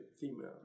female